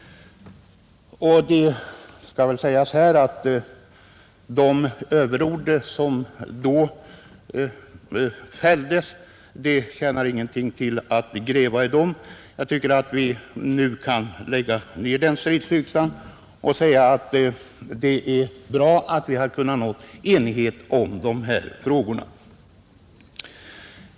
Det tjänar dock ingenting till att här återge de överord som den gången fälldes, utan jag tycker att vi kan gräva ned stridsyxan i det fallet. Det är bra att vi nu har kunnat nå enighet i dessa frågor.